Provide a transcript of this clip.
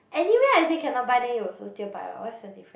anyway I say cannot buy then you also still buy what what's the different